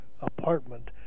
apartment